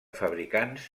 fabricants